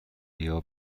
بیا